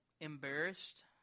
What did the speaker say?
embarrassed